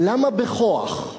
למה בכוח?